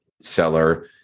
seller